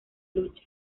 lucha